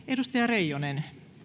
edustaja reijonen